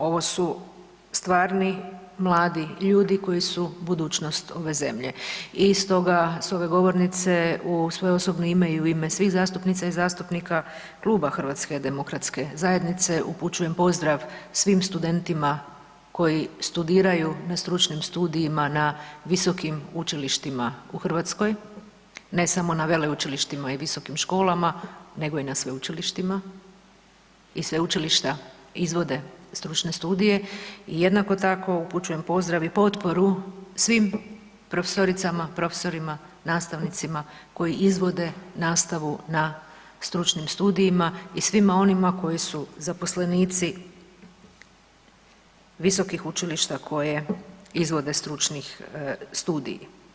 Ovo su stvarni mladi ljudi koji su budućnost ove zemlje i stoga s ove govornice u svoje osobno ime i u ime svih zastupnica i zastupnika kluba HDZ-a upućujem pozdrav svim studentima koji studiraju na stručnim studijima na visokom učilištima u Hrvatskoj, ne samo na veleučilištima i visokim školama nego i na sveučilištima i sveučilišta izvode stručne studije i jednako tako, upućujem pozdrav i potporu svim profesorima, profesorima, nastavnicima koji izvode nastavu na stručnim studijima i svima onima koji su zaposlenici visokih učilišta koje izvode stručni studiji.